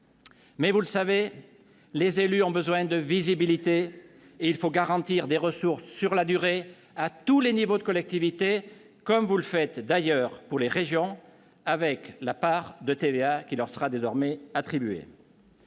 Mais, vous le savez, les élus ont besoin de visibilité, et il faut garantir des ressources sur la durée à tous les niveaux de collectivités, comme vous le faites, d'ailleurs, pour les régions, auxquelles sera désormais attribuée